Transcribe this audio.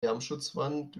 lärmschutzwand